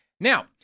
now